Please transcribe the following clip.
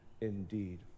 indeed